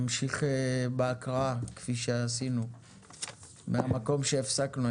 נמשיך בהקראה מהמקום שהפסקנו.